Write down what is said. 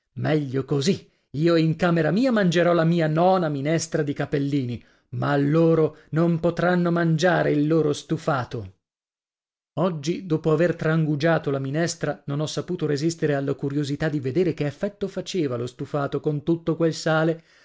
meglio così io in camera mia mangerò la mia nona minestra di capellini ma loro non potranno mangiare il loro stufato oggi dopo aver trangugiato la minestra non ho saputo resistere alla curiosità di vedere che effetto faceva lo stufato con tutto quel sale